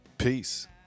Peace